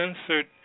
censored